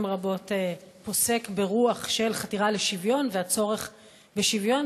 רבות פוסק ברוח של חתירה לשוויון והצורך בשוויון,